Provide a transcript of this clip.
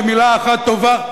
במלה אחת טובה,